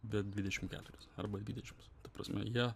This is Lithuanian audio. bet dvidešim keturis arba dvidešims prasme jie